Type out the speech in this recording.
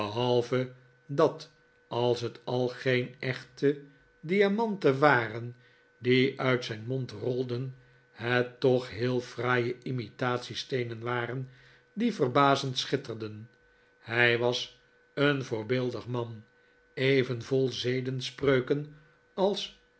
behalve dat als het al geen echte diamanten waren die uit zijn mond rolden het toch heel fraaie imitatie steenen waren die verbazend schitterden hij was een voorbeeldig man even vol zedenspreuken als